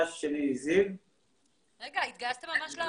יש --- מיוחד עם הצבא כי היו לי כמה